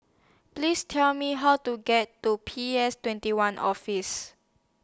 Please Tell Me How to get to P S twenty one Office